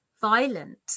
violent